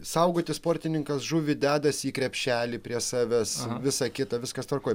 saugoti sportininkas žuvį dedasi į krepšelį prie savęs visa kita viskas tvarkoj